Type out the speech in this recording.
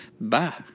Bye